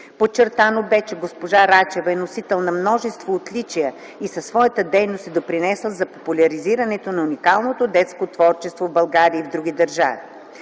Подчертано бе, че госпожа Рачева е носител на множество отличия и със своята дейност е допринесла за популяризирането на уникалното детско творчество в България и в други държави.